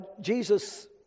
Jesus